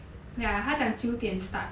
ya 他讲九点 start